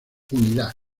unidad